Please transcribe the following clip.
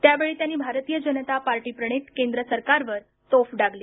यावेळी त्यांनी भारतीय जनता पार्टीप्रणीत केंद्र सरकारवर तोफ डागली